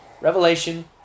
Revelation